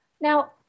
now